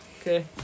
Okay